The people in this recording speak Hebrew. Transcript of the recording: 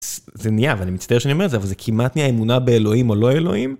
זה נהיה ואני מצטער שאני אומר זה אבל זה כמעט נהיה אמונה באלוהים או לא אלוהים.